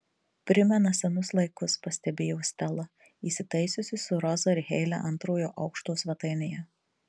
primena senus laikus pastebėjo stela įsitaisiusi su roza ir heile antrojo aukšto svetainėje